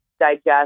digest